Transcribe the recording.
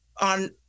on